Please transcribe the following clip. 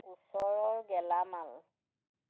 ওচৰৰ গেলামাল